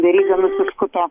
veryga nusiskuto